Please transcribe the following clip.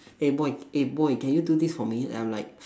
eh boy eh boy can you do this for me and I'm like